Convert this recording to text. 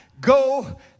go